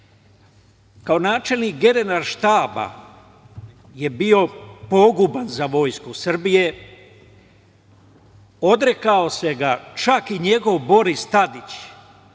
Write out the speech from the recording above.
Kao načelnik Generalštaba je bio poguban za vojsku Srbije, odrekao ga se čak i njegov Boris Tadić,